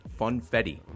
funfetti